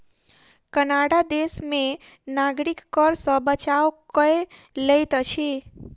Canada देश में नागरिक कर सॅ बचाव कय लैत अछि